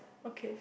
okay